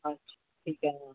हां ठीक ठीक आहे ना मग